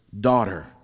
daughter